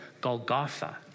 Golgotha